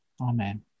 Amen